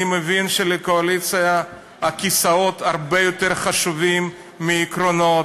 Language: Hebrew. אני מבין שלקואליציה הכיסאות הרבה יותר חשובים מעקרונות,